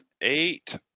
eight